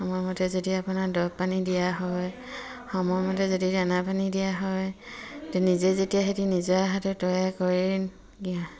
সময়মতে যদি আপোনাৰ দৰৱ পানী দিয়া হয় সময়মতে যদি দানা পানী দিয়া হয় নিজে যেতিয়া সিহঁতে নিজৰ হাতে তৈয়াৰ কৰি